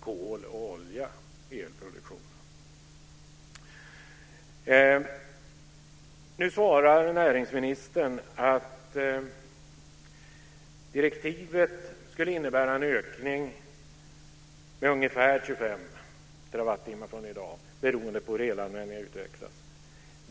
kol och olja i elproduktionen. Näringsministern svarade att direktivet skulle innebära en ökning med ungefär 25 terawattimmar i förhållande till i dag, beroende på hur elanvändningen utvecklas.